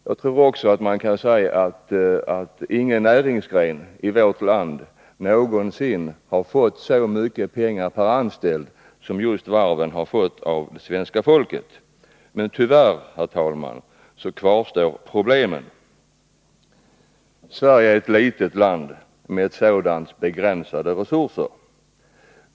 Jag tror också att man kan säga att ingen näringsgren i vårt land någonsin har fått så mycket pengar per anställd som just varven har fått av svenska folket. Men tyvärr, herr talman, kvarstår problemen. Sverige är ett litet land, med ett sådant lands begränsade resurser.